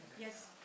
Yes